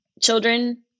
children